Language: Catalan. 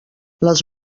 les